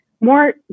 more